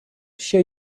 share